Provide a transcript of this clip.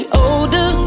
older